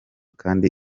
kandi